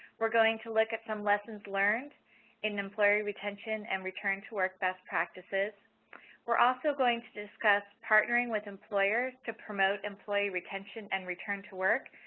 we are going to look at some lessons learned in employee retention and return to work best practices. we are also going to discuss partnering with employers to promote employee retention and return to work.